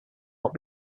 not